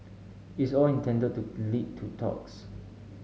it's all intended to lead to talks